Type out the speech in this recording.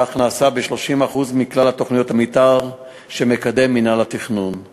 כך נעשה ב-30% מכלל תוכניות המתאר שמינהל התכנון מקדם,